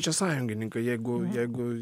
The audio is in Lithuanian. čia sąjungininkai jeigu jeigu